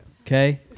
okay